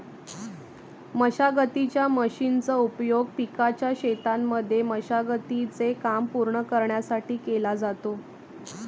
मशागतीच्या मशीनचा उपयोग पिकाच्या शेतांमध्ये मशागती चे काम पूर्ण करण्यासाठी केला जातो